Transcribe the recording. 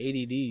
ADD